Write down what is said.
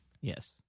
Yes